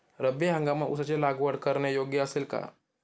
रब्बी हंगामात ऊसाची लागवड करणे योग्य असेल का?